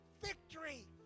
victory